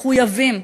מחויבות,